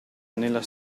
nella